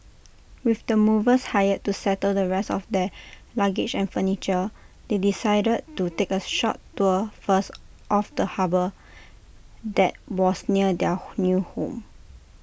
with the movers hired to settle the rest of their luggage and furniture they decided to take A short tour first of the harbour that was near their new home